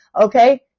Okay